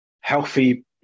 healthy